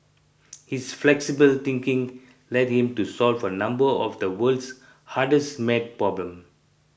his flexible thinking led him to solve a number of the world's hardest maths problem